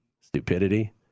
stupidity